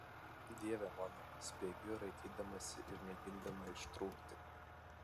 dieve mano spiegiu raitydamasi ir mėgindama ištrūkti